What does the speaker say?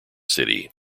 city